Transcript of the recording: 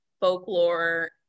Folklore